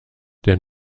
der